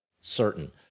certain